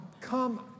come